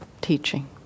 teaching